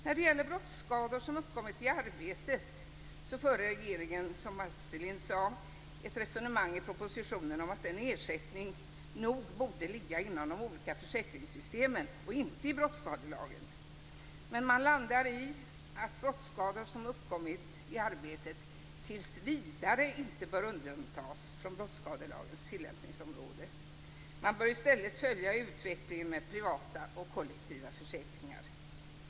När det gäller brottsskador som uppkommit i arbetet för regeringen i propositionen ett resonemang om att den ersättningen nog borde ligga inom de olika försäkringssystemen och inte i brottsskadelagen. Men man landar i att brottsskador som har uppkommit i arbetet tills vidare inte bör undantas från brottsskadelagens tillämpningsområde. Man bör i stället följa utvecklingen med privata och kollektiva försäkringar.